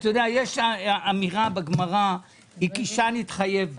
יש אמירה בגמרא: הקישן נתחייב בו.